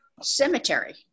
cemetery